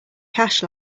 cash